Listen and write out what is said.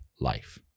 life